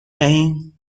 دهیم